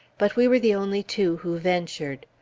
but we were the only two who ventured.